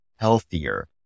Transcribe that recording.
healthier